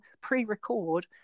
pre-record